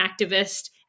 activist